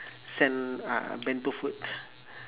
send ah bento food